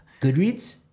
Goodreads